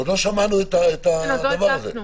עוד לא שמענו את הדבר הזה.